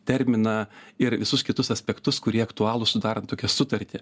terminą ir visus kitus aspektus kurie aktualūs sudarant tokią sutartį